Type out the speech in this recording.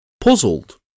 Puzzled